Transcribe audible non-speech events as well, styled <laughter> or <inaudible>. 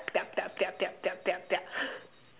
<noise> <laughs>